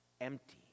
empty